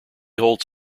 holds